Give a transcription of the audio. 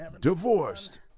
divorced